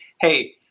Hey